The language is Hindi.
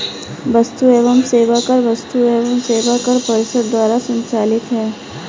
वस्तु एवं सेवा कर वस्तु एवं सेवा कर परिषद द्वारा संचालित है